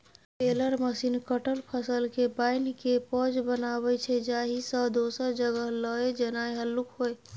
baler machine कटल फसलकेँ बान्हिकेँ पॉज बनाबै छै जाहिसँ दोसर जगह लए जेनाइ हल्लुक होइ